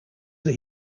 that